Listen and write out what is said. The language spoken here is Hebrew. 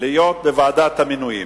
להיות בוועדת המינויים.